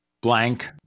blank